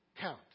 count